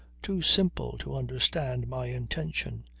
too simple to understand my intention.